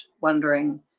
wondering